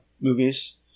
movies